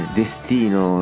destino